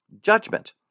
judgment